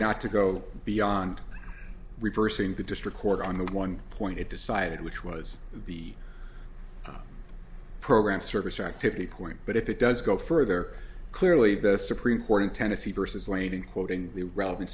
not to go beyond reversing the district court on the one point it decided which was the program service activity point but if it does go further clearly the supreme court in tennessee versus wade in quoting the relevan